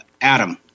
Adam